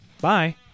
Bye